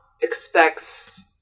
expects